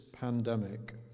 pandemic